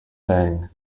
bang